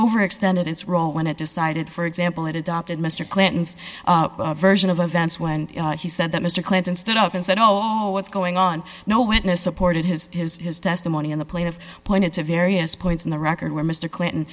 overextended its role when it decided for example it adopted mr clinton's version of events when he said that mr clinton stood up and said oh it's going on no witness supported his his his testimony on the plane of pointed to various points in the record where mr clinton